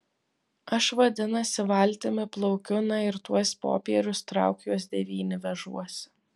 aš vadinasi valtimi plaukiu na ir tuos popierius trauk juos devyni vežuosi